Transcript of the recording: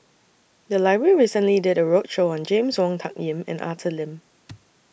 The Library recently did A roadshow on James Wong Tuck Yim and Arthur Lim